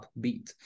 upbeat